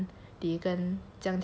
里跟这样跳 lor